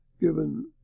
given